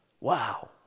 Wow